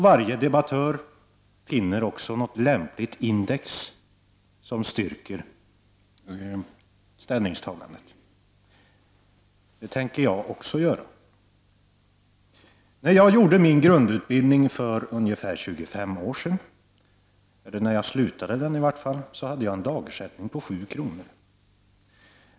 Varje debattör finner också något lämpligt index som styrker ställningstagandet. Det tänker jag också göra. När jag gjorde min grundutbildning för ungefär 25 år sedan, eller i varje fall när jag slutade den, hade jag en dagersättning på 7 kr.